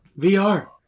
VR